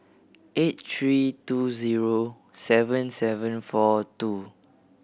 eight three two zero seven seven four two